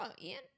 ian